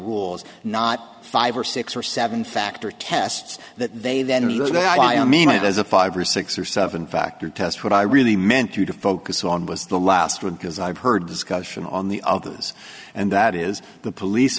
rules not five or six or seven factor tests that they then look at i mean it as a five or six or seven factor test what i really meant to to focus on was the last one because i've heard discussion on the others and that is the police